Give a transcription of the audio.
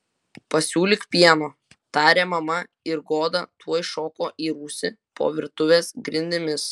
pasiūlyk pieno tarė mama ir goda tuoj šoko į rūsį po virtuvės grindimis